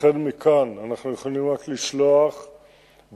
לכן, מכאן אנחנו יכולים רק לשלוח ברכות,